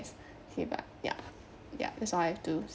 okay but ya ya that's all I have to say